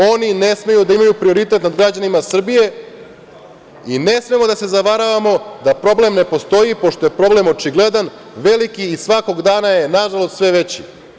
Oni ne smeju da imaju prioritet nad građanima Srbije i ne smemo da se zavaravamo da problem ne postoji, pošto je problem očigledan, veliki i svakog dana je, nažalost, sve veći.